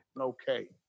Okay